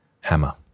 hammer